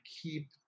keep